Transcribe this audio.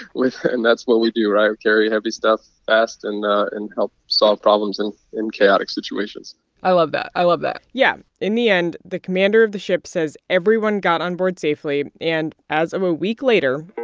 with and that's what we do, right? we carry heavy stuff fast and and help solve problems and in chaotic situations i love that. i love that yeah. in the end, the commander of the ship says everyone got on board safely. and as of a week later,